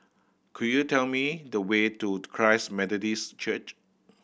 could you tell me the way to Christ Methodist Church